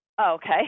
Okay